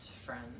friends